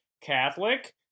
Catholic